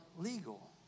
legal